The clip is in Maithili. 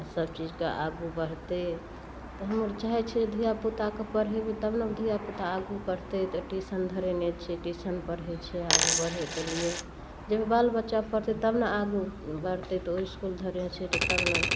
आओर सबचीजके आगू बढ़तै तऽ हमर चाहै छै धिआपुताके पढ़ेबै तब ने धिआपुता आगू बढ़तै तऽ ट्यूशन धरेने छिए ट्यूशन पढ़ै छै आगू बढ़ैकेलिए जब बाल बच्चा पढ़तै तब ने आगू बढ़तै तऽ ओ इसकुल धरने छै तऽ तब ने